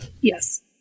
Yes